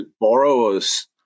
borrowers